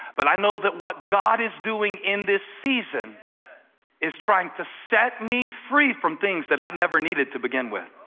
but i know that what god is doing in this season is trying to set me free from things i never needed to begin with.